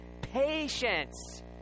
patience